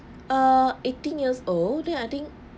err eighteen years old then I think